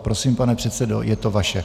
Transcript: Prosím, pane předsedo, je to vaše.